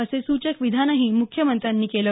असे सूचक विधानही मुख्यमंत्र्यांनी केलं